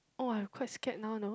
oh I'm quite scared now you know